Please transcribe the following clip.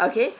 okay